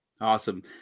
Awesome